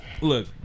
look